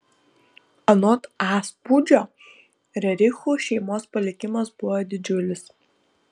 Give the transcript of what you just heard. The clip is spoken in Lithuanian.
anot a spūdžio rerichų šeimos palikimas buvo didžiulis